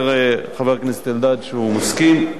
אומר חבר הכנסת אלדד שהוא מסכים.